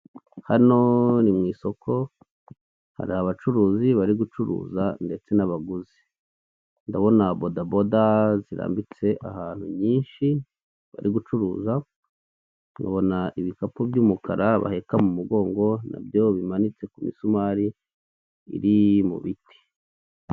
Hano ni mu isoko, hari abacuruzi bari gucuruza ndetse n'abaguzi, ndabona bodaboda zirambitse ahantu nyinshi, bari gucuruza, nkabona ibikap by'umukara baheka mu mugongo nabyo bimanitse ku misumari iri mu biti.